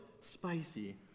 spicy